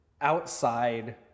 outside